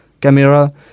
camera